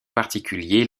particulier